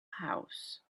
house